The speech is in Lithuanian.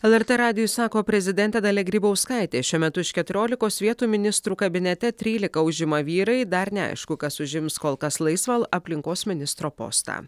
lrt radijui sako prezidentė dalia grybauskaitė šiuo metu iš keturiolikos vietų ministrų kabinete trylika užima vyrai dar neaišku kas užims kol kas laisvą aplinkos ministro postą